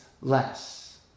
less